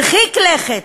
הרחיק לכת,